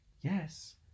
Yes